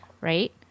right